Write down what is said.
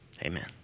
Amen